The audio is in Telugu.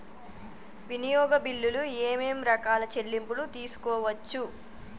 వినియోగ బిల్లులు ఏమేం రకాల చెల్లింపులు తీసుకోవచ్చు?